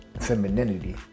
femininity